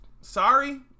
sorry